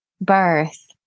birth